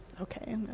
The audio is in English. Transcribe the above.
okay